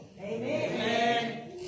Amen